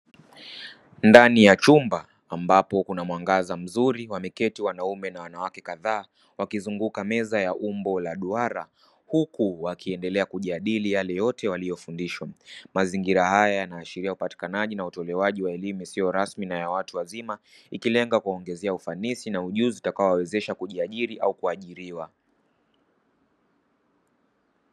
Ndani ya chumba ambapo kuna mwangaza mzuri wameketi wanaume na wanawake kadhaa wakizunguka meza ya umbo la duara huku wakiendelea kujadili yale yote waliyofundishwa. Mazingira haya huashiria upatikanaji na utoaji wa elimu isiyo rasmi na ya watu wazima, ikilenga kuwaongezea ufanisi na ujuzi utakaowawezesha kujiajiri au kuajiriwa.